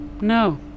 No